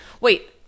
Wait